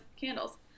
candles